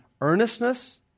earnestness